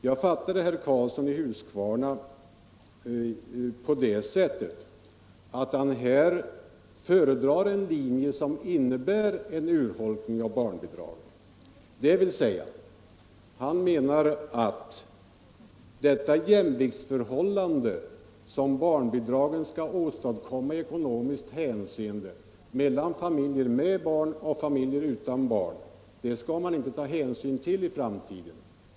Jag fattade nu herr Karlsson i Huskvarna på det sättet att han föredrar en linje som innebär en urholkning av barnbidraget. Det jämviktsförhållande i ekonomiskt hänseende som barnbidragen skall åstadkomma mellan familjer med barn och familjer utan barn skall man i framtiden inte ta hänsyn till, menar han.